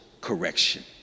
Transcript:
correction